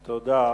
תודה.